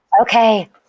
Okay